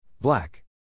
Black